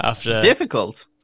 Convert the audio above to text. Difficult